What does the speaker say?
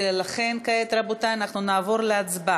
לכן כעת, רבותי, אנחנו נעבור להצבעה.